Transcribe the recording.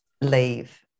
leave